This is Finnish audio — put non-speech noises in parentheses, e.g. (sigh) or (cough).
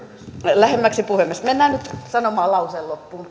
lähemmäksi puhemiestä mennään nyt sanomaan lause loppuun (unintelligible)